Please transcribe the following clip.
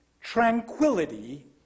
tranquility